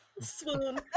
Swoon